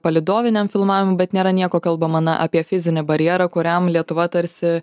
palydoviniam filmavomui bet nėra nieko kalbama na apie fizinį barjerą kuriam lietuva tarsi